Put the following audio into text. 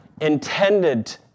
intended